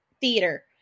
theater